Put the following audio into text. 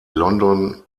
london